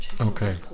Okay